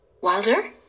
Wilder